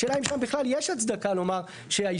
השאלה אם בכלל יש הצדקה לומר שהישוב